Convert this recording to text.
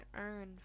earn